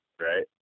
right